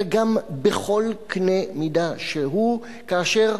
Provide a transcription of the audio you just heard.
אלא גם בכל קנה מידה שהוא, כאשר